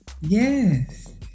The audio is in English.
Yes